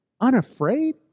unafraid